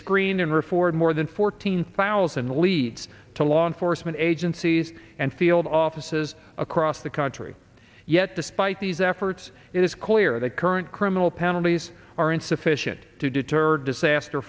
screen unreformed more than fourteen thousand leads to law enforcement agencies and field offices across the country yet despite these efforts it is clear that current criminal penalties are insufficient to deter disaster